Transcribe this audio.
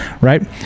right